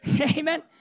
Amen